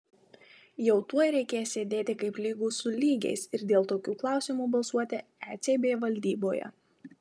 jau tuoj reikės sėdėti kaip lygūs su lygiais ir dėl tokių klausimų balsuoti ecb valdyboje